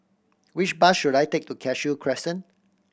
which bus should I take to Cashew Crescent